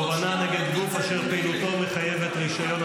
תובענה נגד גוף אשר פעילותו מחייבת רישיון),